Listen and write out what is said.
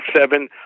seven